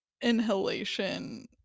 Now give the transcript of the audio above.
inhalation